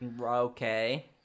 Okay